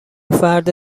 فرد